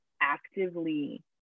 actively